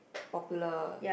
popular